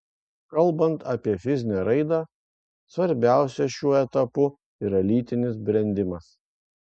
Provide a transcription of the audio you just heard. kalbant apie fizinę raidą svarbiausia šiuo etapu yra lytinis brendimas